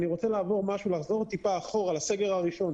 אני יודע להגיד לך.